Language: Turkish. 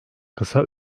kısa